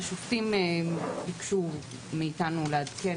השופטים ביקשו מאיתנו לעדכן